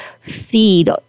feed